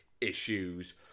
issues